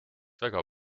väga